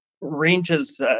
ranges